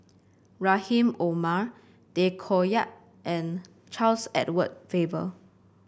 Rahim Omar Tay Koh Yat and Charles Edward Faber